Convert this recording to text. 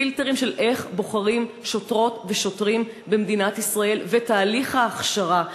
הפילטרים של איך בוחרים שוטרות ושוטרים במדינת ישראל ותהליך ההכשרה,